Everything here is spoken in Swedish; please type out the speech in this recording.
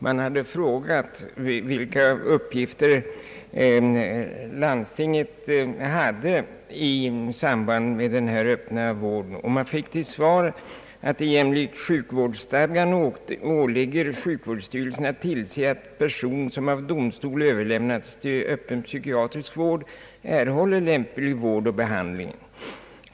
Man har frågat, vilka uppgifter landstinget hade i samband med sådan här öppen psykiatrisk vård. Man fick till svar, att det jämlikt sjukvårdsstadgan åligger sjukvårdsstyrelsen att tillse att person, som av domstol överlämnats till öppen psykiatrisk vård, erhåller lämplig vård och behandling.